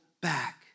back